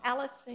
Alice